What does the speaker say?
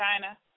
China